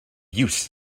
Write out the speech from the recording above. youths